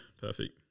perfect